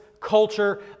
culture